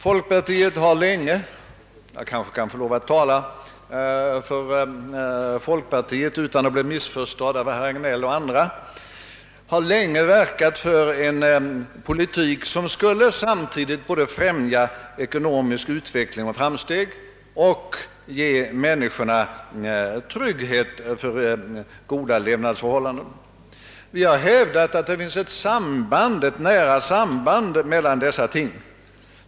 Folkpartiet har länge — jag kanske kan få lov att tala för folkpartiet utan att bli missförstådd av herr Hagnell och andra — verkat för en politik som samtidigt skulle både främja ekonomisk utveckling och framsteg och ge människorna trygghet för goda levnadsförhållanden. Vi har hävdat att det finns ett nära samband mellan dessa ting.